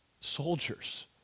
Soldiers